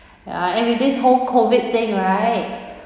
ya and with this whole COVID thing right